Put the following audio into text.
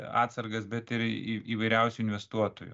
atsargas bet ir įvairiausių investuotojų